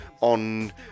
on